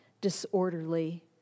disorderly